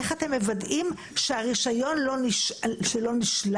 איך אתם מוודאים שהרישיון לא נשלל,